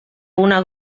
una